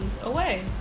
away